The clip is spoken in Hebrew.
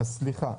אז סליחה,